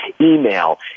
email